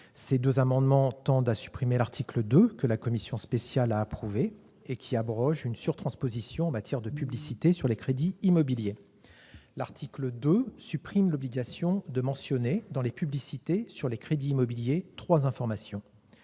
n 6 rectifié et 9 tendent à supprimer l'article 2, que la commission spéciale a approuvé et qui abroge une surtransposition en matière de publicité sur les crédits immobiliers. Plus précisément, cet article supprime l'obligation de mentionner dans les publicités sur les crédits immobiliers trois informations